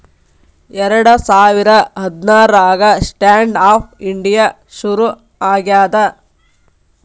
ಎರಡ ಸಾವಿರ ಹದ್ನಾರಾಗ ಸ್ಟ್ಯಾಂಡ್ ಆಪ್ ಇಂಡಿಯಾ ಶುರು ಆಗ್ಯಾದ